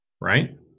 Right